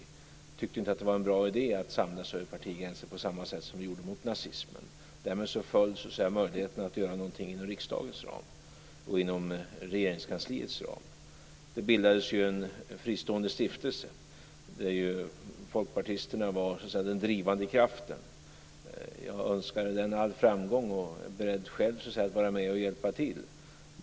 Man tyckte inte att det var en bra idé att samlas över partigränser på samma sätt som vi gjorde mot nazismen. Därmed föll möjligheterna att göra någonting inom riksdagens och Regeringskansliets ram. Det bildades dock en fristående stiftelse, där folkpartisterna var den drivande kraften. Jag önskar den all framgång och är beredd att själv vara med och hjälpa till.